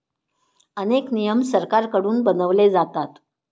अनेक नियम सरकारकडून बनवले जातात